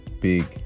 big